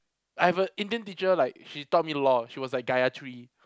I have a Indian teacher like she taught me law she was like Gayathri